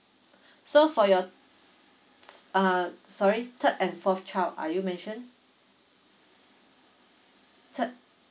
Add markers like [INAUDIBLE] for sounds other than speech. [BREATH] so for your uh sorry third and fourth child are you mentioned third